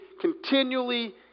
continually